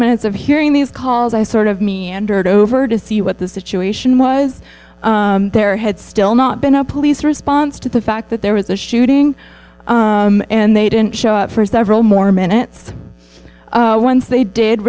minutes of hearing these calls i sort of meandered over to see what the situation was there had still not been a police response to the fact that there was a shooting and they didn't show up for several more minutes once they did